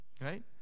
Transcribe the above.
Right